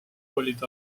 olid